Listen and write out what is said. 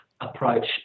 approach